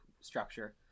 structure